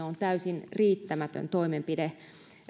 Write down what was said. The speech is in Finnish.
on täysin riittämätön toimenpide